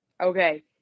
Okay